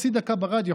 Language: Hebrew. חצי דקה ברדיו,